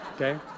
okay